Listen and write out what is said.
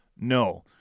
No